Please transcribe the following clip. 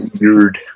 weird